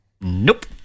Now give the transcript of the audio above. Nope